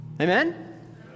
Amen